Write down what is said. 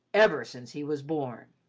ever since he was born.